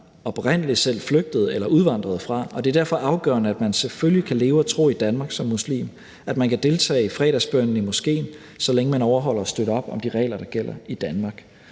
oprindelig selv flygtede eller udvandrede fra, og det er derfor afgørende, at man selvfølgelig kan leve og tro i Danmark som muslim, at man kan deltage i fredagsbønnen i moskéen, så længe man overholder og støtter op om de regler, der gælder i Danmark.